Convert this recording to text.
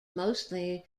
mostly